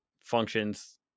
functions